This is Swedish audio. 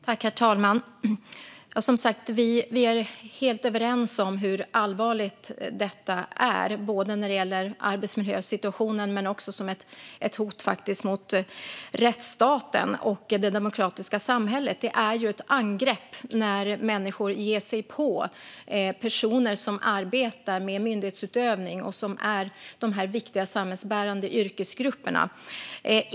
Herr talman! Som sagt är vi helt överens om hur allvarligt detta är, både när det gäller arbetsmiljösituationen och det faktum att detta är ett hot mot rättsstaten och det demokratiska samhället. Det är ju ett angrepp på samhället när människor ger sig på personer som arbetar med myndighetsutövning och som är viktiga samhällsbärande yrkesgrupper.